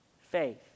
faith